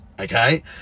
okay